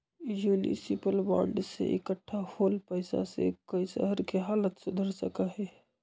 municipal bond से इक्कठा होल पैसा से कई शहर के हालत सुधर सका हई